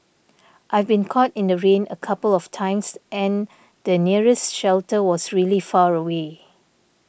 I've been caught in the rain a couple of times and the nearest shelter was really far away